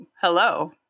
hello